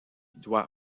doit